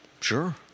Sure